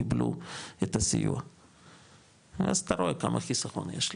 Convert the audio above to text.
קיבלו את הסיוע ואז אתה רואה כמה חיסכון יש לך.